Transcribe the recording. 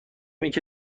اینکه